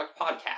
podcast